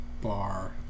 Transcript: bar